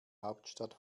hauptstadt